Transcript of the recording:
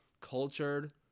cultured